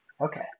Okay